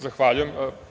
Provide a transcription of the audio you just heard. Zahvaljujem.